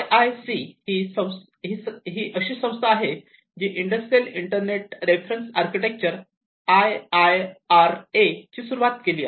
I I C ही अशी संस्था आहे जी industrial internet reference architecture I I R A ची सुरुवात केली